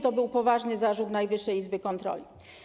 To był poważny zarzut Najwyższej Izby Kontroli.